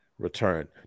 return